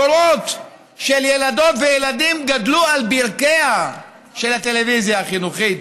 דורות של ילדות וילדים גדלו על ברכיה של הטלוויזיה החינוכית.